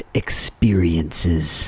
experiences